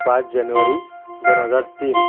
पाच जनवरी दोन हजार तीन